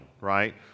right